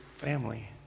family